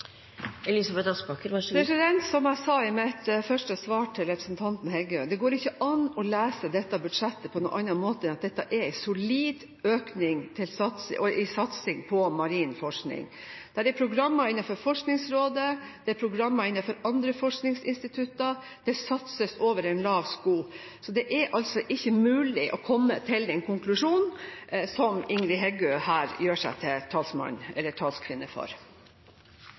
Som jeg sa i mitt første svar til representanten Heggø, det går ikke an å lese dette budsjettet på noen annen måte enn at det er en solid økning i satsingen på marin forskning. Det er program innenfor Forskningsrådet, det er program innenfor andre forskningsinstitutt, det satses over en lav sko. Det er altså ikke mulig å komme til den konklusjonen som Ingrid Heggø her gjør seg til